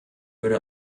würde